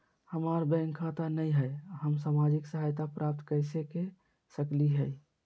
हमार बैंक खाता नई हई, हम सामाजिक सहायता प्राप्त कैसे के सकली हई?